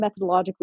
methodologically